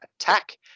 attack